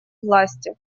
власти